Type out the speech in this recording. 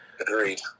Agreed